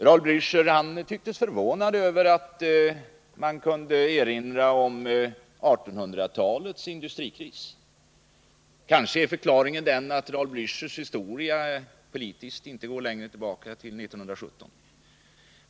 Raul Blächer tycktes förvånad över att man kunde erinra om 1800-talets industrikris. Kanske är förklaringen den att Raul Blächers historia politiskt inte går längre tillbaka än till 1917.